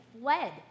fled